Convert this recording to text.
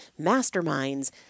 masterminds